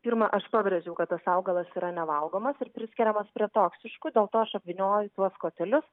pirma aš pabrėžiau kad tas augalas yra nevalgomas ir priskiriamas prie toksiškų dėl to aš apvynioju tuos kotelius